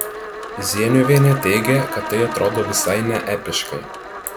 zieniuvienė teigia kad tai atrodo visai neepiškai